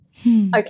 Okay